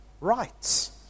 rights